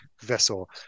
vessel